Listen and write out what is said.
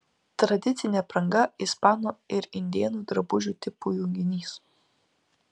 tradicinė apranga ispanų ir indėnų drabužių tipų junginys